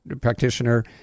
practitioner